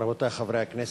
רבותי חברי הכנסת,